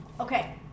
Okay